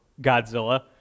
Godzilla